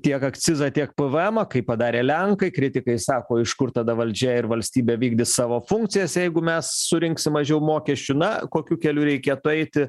tiek akcizą tiek peve emą kaip padarė lenkai kritikai sako iš kur tada valdžia ir valstybė vykdys savo funkcijas jeigu mes surinksim mažiau mokesčių na kokiu keliu reikėtų eiti